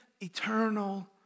eternal